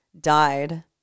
died